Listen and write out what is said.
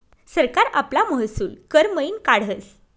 सरकार आपला महसूल कर मयीन काढस